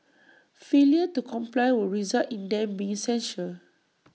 failure to comply would result in them being censured